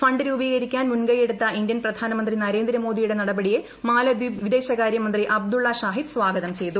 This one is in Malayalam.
ഫണ്ട് രൂപീകരിക്കാൻ മുൻകൈയെടുത്ത ഇന്ത്യൻ പ്രധാനമന്ത്രി നരേന്ദ്രമോദിയുടെ നടപടിയെ മാലദ്വീപ് വിദേശകാര്യമന്ത്രി അബ്ദുള്ള ഷാഹിദ് സ്വാഗതം ചെയ്തു